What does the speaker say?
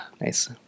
Nice